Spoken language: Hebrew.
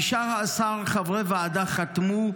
15 חברי ועדה חתמו,